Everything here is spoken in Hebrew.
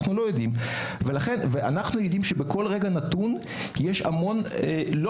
אנחנו יודעים שבכל רגע נתון יש מקומות